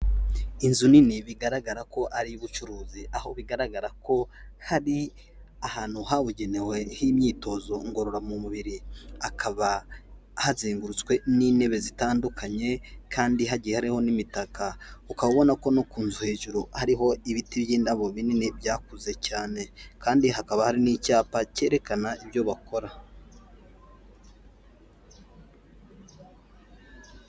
Inzu nini bigaragara ko ari iy'ubucuruzi, aho bigaragara ko hari ahantu habugenewe h'imyitozo ngororamubiri, hakaba hazengurutswe n'intebe zitandukanye kandi hagiye hariho n'imitaka. Ukaba ubona ko no ku nzu hejuru hariho ibiti by'indabo binini byakuze cyane kandi hakaba hari n'icyapa cyerekana ibyo bakora.